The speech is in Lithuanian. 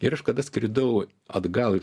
ir aš kada skridau atgal